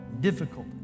difficult